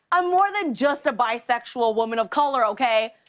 i'm more than just a bisexual woman of color, okay?